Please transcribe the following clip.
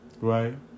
right